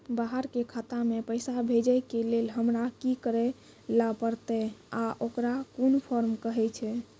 बाहर के खाता मे पैसा भेजै के लेल हमरा की करै ला परतै आ ओकरा कुन फॉर्म कहैय छै?